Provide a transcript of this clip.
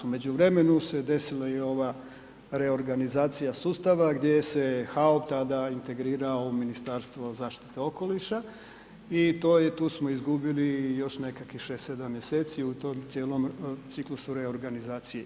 U međuvremenu se desila i ova reorganizacija sustava gdje se … tada integrirao u Ministarstvo zaštite okoliša i tu smo izgubili još nekakvih 6, 7 mjeseci u tom cijelom ciklusu reorganizacije.